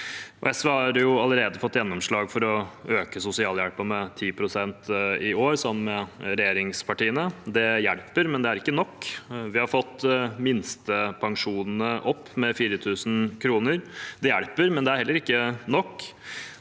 SV har allerede fått gjennomslag for å øke sosialhjelpen med 10 pst. i år, sammen med regjeringspartiene. Det hjelper, men det er ikke nok. Vi har fått minstepensjonene opp med 4 000 kr. Det hjelper, men det er heller ikke nok.